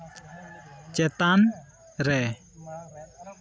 ᱪᱮᱛᱟᱱ ᱨᱮ